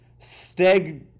Steg